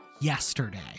yesterday